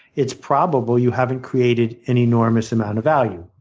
it's probable you haven't created an enormous amount of value.